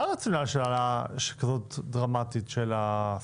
למה יש עלייה כזאת דרמטית של הסכומים,